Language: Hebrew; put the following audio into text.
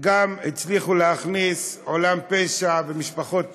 גם הצליחו להכניס עולם פשע, ומשפחות פשע,